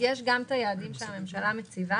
יש גם את היעדים שהממשלה מציבה